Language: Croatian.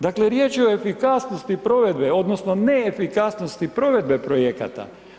Dakle, riječ je o efikasnosti provedbe, odnosno neefikasnosti provedbe projekata.